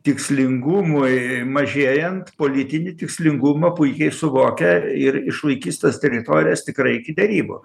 tikslingumui mažėjant politinį tikslingumą puikiai suvokia ir išlaikys tas teritorijas tikrai iki derybų